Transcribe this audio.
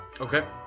Okay